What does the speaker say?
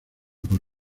por